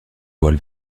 voile